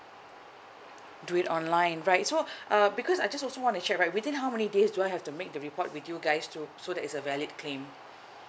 do it online right so uh because I just also wanna check right within how many days do I have to make the report with you guys to so that it's a valid claim